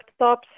laptops